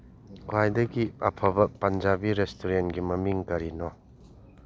ꯈ꯭ꯋꯥꯏꯗꯒꯤ ꯑꯐꯕ ꯄꯟꯖꯥꯕꯤ ꯔꯦꯁꯇꯨꯔꯦꯟꯒꯤ ꯃꯃꯤꯡ ꯀꯔꯤꯅꯣ